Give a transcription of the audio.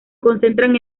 concentran